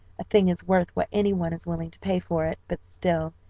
a thing is worth what any one is willing to pay for it, but still,